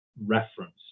reference